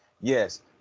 Yes